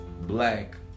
Black